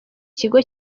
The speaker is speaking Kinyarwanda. kigo